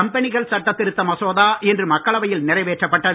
கம்பெனிகள் சட்ட திருத்த மசோதா இன்று மக்களவையில் நிறைவேற்றப்பட்டது